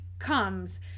comes